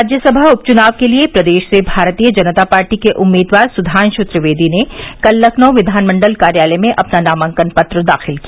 राज्यसभा उप चुनाव के लिये प्रदेश से भारतीय जनता पार्टी के उम्मीदवार सुधांशु त्रिवेदी ने कल लखनऊ किधानमंडल कार्यालय में अपना नामांकन पत्र दाखिल किया